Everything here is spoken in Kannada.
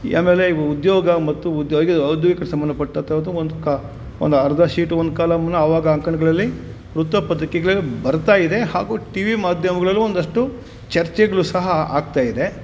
ಈ ಆಮೇಲೆ ಇವು ಉದ್ಯೋಗ ಮತ್ತು ಔದ್ಯೋಗಿಕ ಸಂಬಂಪಟ್ಟಂಥವುದ್ದು ಒಂದು ಕ ಒಂದು ಅರ್ಧ ಶೀಟ್ ಒಂದು ಕಾಲಂನ ಅವಾಗ ಅಂಕಣಗಳಲ್ಲಿ ವೃತ್ತಪತ್ರಿಕೆಗಳೆ ಬರ್ತಾ ಇದೆ ಹಾಗೂ ಟಿ ವಿ ಮಾಧ್ಯಮಗಳಲ್ಲೂ ಒಂದಷ್ಟು ಚರ್ಚೆಗಳು ಸಹ ಆಗ್ತಾ ಇದೆ